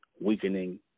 weakening